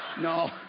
no